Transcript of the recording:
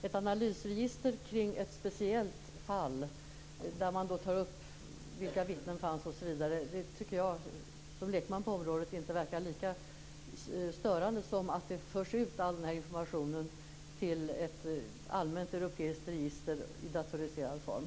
Ett analysregister kring ett speciellt fall där man tar upp namn på vittnen etc. tycker jag som lekman på området inte är lika störande som att all sådan här information förs ut till ett allmänt europeiskt register i datoriserad form.